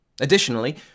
Additionally